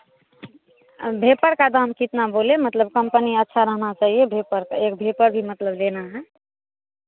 भेपर का दाम कितना बोले मतलब कम्पनी अच्छा रहना चाहिए भेपर का एक भेपर भी मतलब लेना है